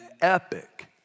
epic